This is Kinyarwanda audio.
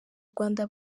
rwanda